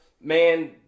man